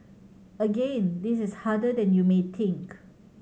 again this is harder than you may think